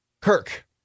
Kirk